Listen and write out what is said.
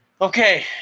Okay